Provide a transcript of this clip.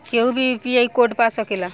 केहू भी UPI code पा सकेला?